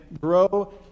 grow